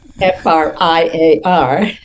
F-R-I-A-R